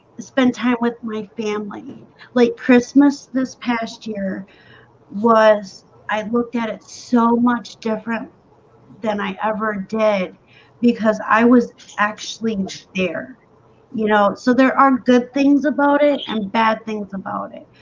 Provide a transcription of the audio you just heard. spend time with my family like christmas this past year was i looked at it so much different than i ever did because i was actually scared you know, so there are good things about it and bad things about it.